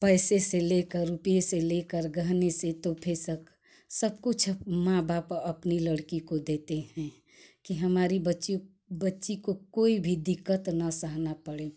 पैसे से लेकर रुपये से लेकर गहने से तोहफ़े सक सबकुछ माँ बाप अपनी लड़की को देते हैं कि हमारी बच्ची बच्ची को कोई भी दिक्कत न सहनी पड़े